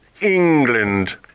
England